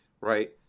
right